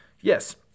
yes